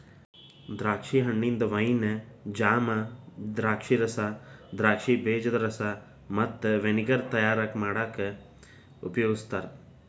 ದ್ರಾಕ್ಷಿ ಹಣ್ಣಿಂದ wine, jam, ದ್ರಾಕ್ಷಿರಸ, ದ್ರಾಕ್ಷಿ ಬೇಜದ ರಸ ಮತ್ತ ವಿನೆಗರ್ ತಯಾರ್ ಮಾಡಾಕ ಉಪಯೋಗಸ್ತಾರ